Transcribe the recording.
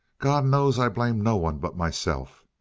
god knows i blame no one but myself.